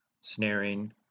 snaring